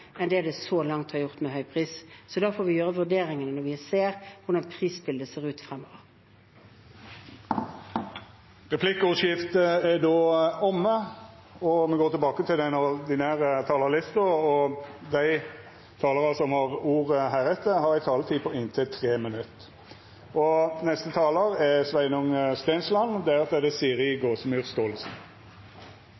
enn de så langt har gjort. Vi får gjøre vurderingene når vi ser hvordan prisbildet ser ut fremover. Replikkordskiftet er då omme. Dei talarane som heretter får ordet, har ei taletid på inntil 3 minutt. Det er